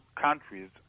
countries